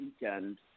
weekend